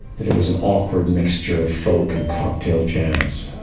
that it was an awkward mixture of folk and cocktail chance.